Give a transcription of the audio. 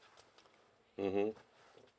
mmhmm